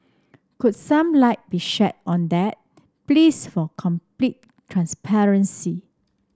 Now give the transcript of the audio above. could some light be shed on that please for complete transparency